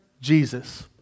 Jesus